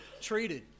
treated